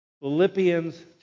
Philippians